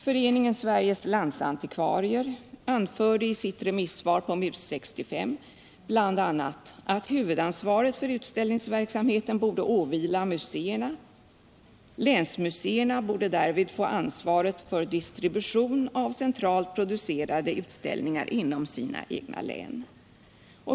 Föreningen Sveriges landsantikvarier anförde i sitt remissvar på MUS-65 bl.a., att huvudansvaret för utställningsverksamheten borde åvila museerna, varvid 35 länsmuseerna borde få ansvaret för distribution av centralt producerade utställningar inom sina län.